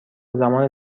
زمان